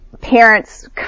parents